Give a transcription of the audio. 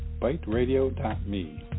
byteradio.me